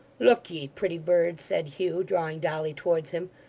look ye, pretty bird said hugh, drawing dolly towards him.